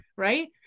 Right